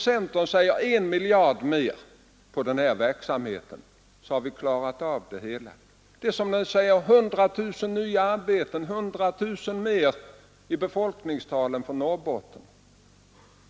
Centern säger: Satsa 1 miljard mer på den här verksamheten, så har vi klarat av det hela. Man talar om 100000 nya arbeten, 100000 mer i befolkningstal för Norrbotten.